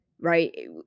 right